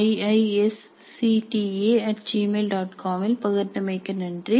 com இல் பகிர்ந்தமைக்கு நன்றி